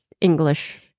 English